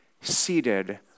seated